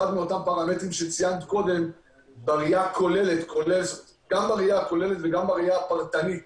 מאותם פרמטרים שציינת קודם גם בראייה הכוללת וגם בראייה הפרטנית